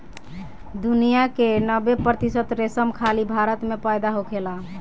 दुनिया के नब्बे प्रतिशत रेशम खाली भारत में पैदा होखेला